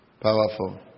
Powerful